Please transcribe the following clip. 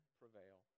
prevail